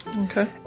Okay